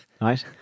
Right